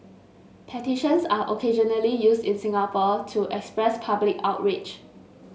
petitions are occasionally used in Singapore to express public outrage